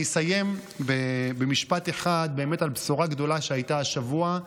אני אסיים במשפט אחד על בשורה גדולה שהייתה השבוע,